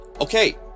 Okay